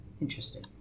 Interesting